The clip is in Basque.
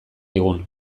digun